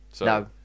no